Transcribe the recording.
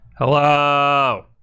Hello